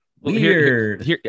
weird